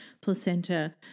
placenta